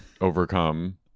overcome